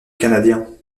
canadien